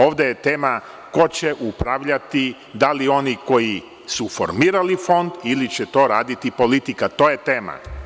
Ovde je tema ko će upravljati, da li oni koji su formirali Fond ili će to raditi politika, to je tema.